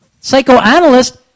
psychoanalyst